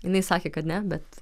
jinai sakė kad ne bet